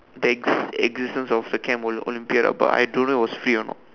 the ex~ existence of the camp ol~ Olympiad ah but I don't know it was free or not